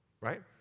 right